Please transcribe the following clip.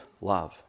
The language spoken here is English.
love